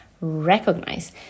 recognize